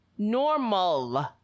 Normal